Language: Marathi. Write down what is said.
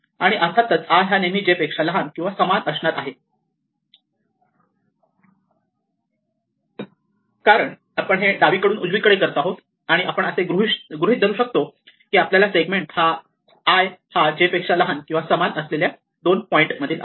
आणि अर्थातच i हा नेहमीच j पेक्षा लहान किंवा समान असणार आहे कारण आपण हे डावीकडून उजवीकडे करत आहोत आणि आपण असे गृहीत धरू शकतो की आपल्याला सेगमेंट हा i हा j पेक्षा लहान किंवा समान असलेल्या या दोन पॉईंट मधील आहे